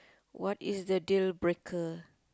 what is the deal-breaker